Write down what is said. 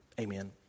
Amen